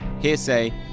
hearsay